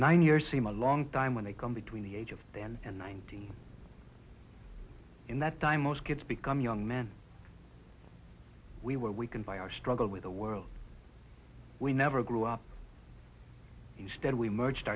nine years seem a long time when they come between the age of ten and nineteen in that time most kids become young men we were weakened by our struggle with the world we never grew up instead we merged